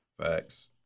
Facts